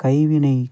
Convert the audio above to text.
கைவினை